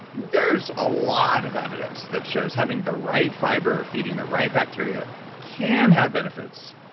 there's a lot of evidence that shows having the right fiber, feeding the right bacteria can have benefits.